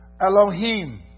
Elohim